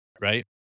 right